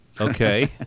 Okay